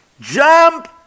Jump